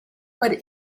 but